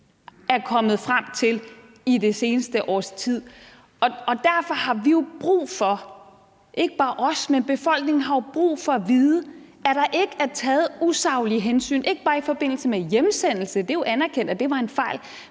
er kommet frem med i det seneste års tid. Og derfor har vi jo brug for, ikke bare os, men hele befolkningen, at vide, at der ikke er taget usaglige hensyn, ikke bare i forbindelse med hjemsendelse – det er jo anerkendt, at det var en fejl